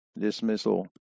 dismissal